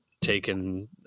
taken